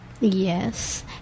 Yes